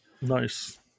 nice